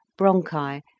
bronchi